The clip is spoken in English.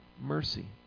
Mercy